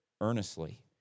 earnestly